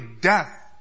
death